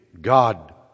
God